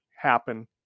happen